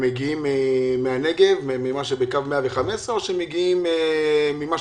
הם מגיעים מהנגב מקו 115 או שהם מגיעים מהפריפריה?